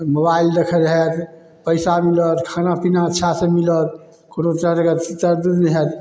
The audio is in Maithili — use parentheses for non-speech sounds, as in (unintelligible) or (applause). मोबाइल देखल होयत पैसा मिलत खाना पीना अच्छा से मिलत कोनो (unintelligible) नहि होयत